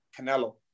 canelo